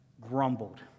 grumbled